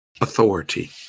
authority